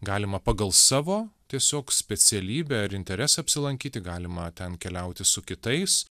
galima pagal savo tiesiog specialybę ar interesą apsilankyti galima ten keliauti su kitais